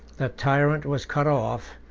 the tyrant was cut off,